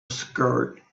shirt